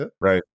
Right